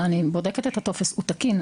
אני בודקת את הטופס, הוא תקין.